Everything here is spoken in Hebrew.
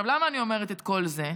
למה אני אומרת את כל זה?